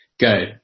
Go